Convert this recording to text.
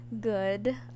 good